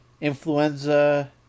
influenza